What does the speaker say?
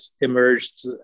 emerged